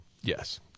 Yes